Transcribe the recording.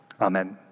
Amen